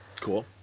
cool